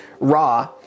raw